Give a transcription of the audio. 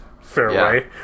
fairway